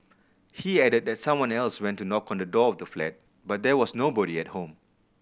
he added that someone else went to knock on the door of the flat but there was nobody at home